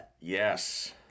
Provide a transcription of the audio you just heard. Yes